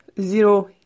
zero